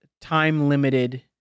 time-limited